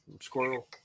squirrel